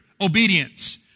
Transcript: Obedience